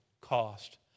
cost